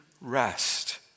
rest